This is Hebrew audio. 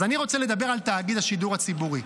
אז אני רוצה לדבר על תאגיד השידור הציבורי.